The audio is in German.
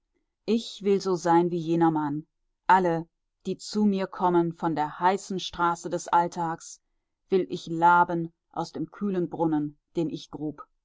ich will so sein wie jener mann alle die zu mir kommen von der heißen straße des alltags will ich laben aus dem kühlen brunnen den ich grub